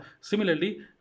Similarly